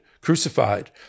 crucified